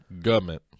Government